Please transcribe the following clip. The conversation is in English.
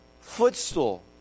footstool